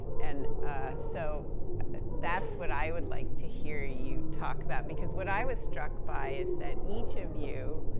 and so that's what i would like to hear you talk about, because what i was struck by is that each of you,